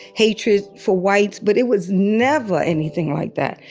hatred for whites. but it was never anything like that.